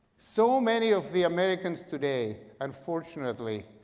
so many of the americans today, unfortunately,